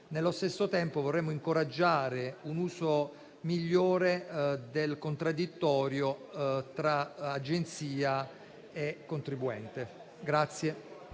Nello stesso tempo vorremmo incoraggiare un uso migliore del contraddittorio tra Agenzia delle entrate